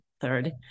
third